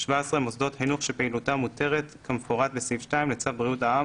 (17)מוסדות חינוך שפעילותם מותרת כמפורט בסעיף 2 לצו בריאות העם